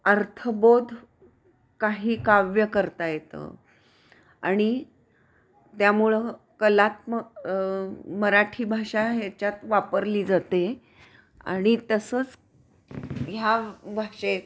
अर्थबोध काही काव्य करता येतं आणि त्यामुळं कलात्म मराठी भाषा ह्याच्यात वापरली जाते आणि तसंच ह्या भाषेत